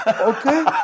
okay